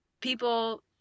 people